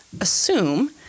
assume